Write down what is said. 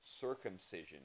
circumcision